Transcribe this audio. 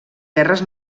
guerres